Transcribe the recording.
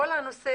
כל הנושא,